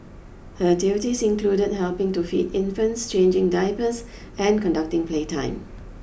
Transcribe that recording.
her duties included helping to feed infants changing diapers and conducting playtime